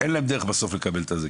אין להם דרך בסוף לקבל את המלגה.